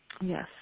yes